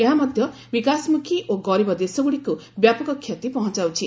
ଏହାମଧ୍ୟ ବିକାଶମୁଖୀ ଓ ଗରିବ ଦେଶଗୁଡ଼ିକୁ ବ୍ୟାପକ କ୍ଷତି ପହଞ୍ଚାଉଛି